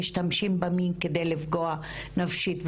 משתמשים במין כדי לפגוע נפשית.